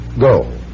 Go